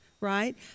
right